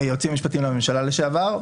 המשפטיים לממשלה לשעבר.